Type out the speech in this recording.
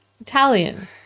italian